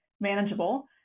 manageable